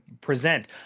present